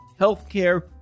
healthcare